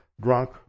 drunk